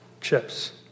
chips